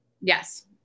Yes